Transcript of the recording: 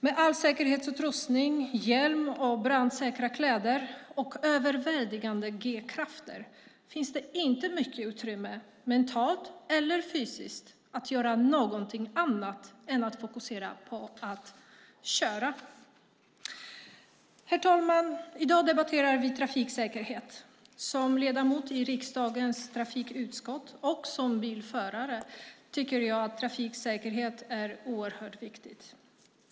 Med all säkerhetsutrustning, hjälm och brandsäkra kläder och överväldigande G-krafter finns det inte mycket utrymme - mentalt eller fysiskt - för förare att göra någonting annat än att fokusera på att köra. Herr talman! I dag debatterar vi trafiksäkerhet. Som ledamot i riksdagens trafikutskott och som bilförare tycker jag att trafiksäkerhet är oerhört viktig.